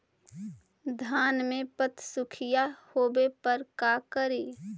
धान मे पत्सुखीया होबे पर का करि?